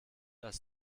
das